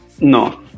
No